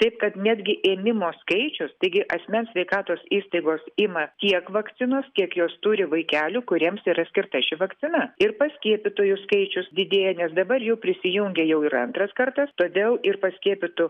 taip kad netgi ėmimo skaičius taigi asmens sveikatos įstaigos ima tiek vakcinos kiek jos turi vaikelių kuriems yra skirta ši vakcina ir paskiepytųjų skaičius didėja nes dabar jų prisijungė jau ir antras kartas todėl ir paskiepytų